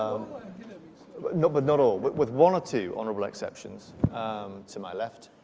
you know you know but not all. but with one or two honorable exceptions to my left.